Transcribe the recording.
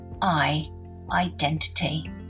I-identity